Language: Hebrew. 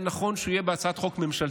היה נכון שהוא יהיה בהצעת חוק ממשלתית,